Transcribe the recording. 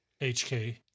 HK